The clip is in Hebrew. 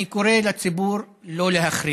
אני קורא לציבור שלא להחרים